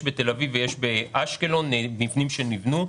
יש בתל אביב ויש באשקלון מבנים שנבנו.